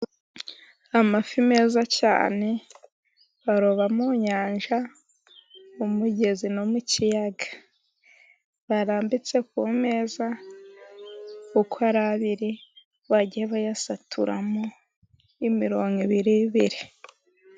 Amafi meza cyane baroba mu nyanja, umugezi no mu kiyaga. Barambitse ku meza uko ari abiri, bagiye bayasaturamo imirongo ibiribiri.